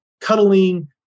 cuddling